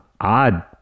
odd